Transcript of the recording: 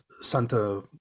santa